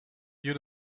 you